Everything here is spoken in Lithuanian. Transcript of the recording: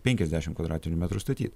penkiasdešimt kvadratinių metrų statyt